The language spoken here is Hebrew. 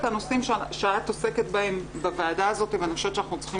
הנושאים שאת עוסקת בהם בוועדה הזאת ואני חושבת שאנחנו צריכים